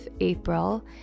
april